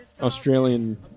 Australian